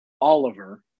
Oliver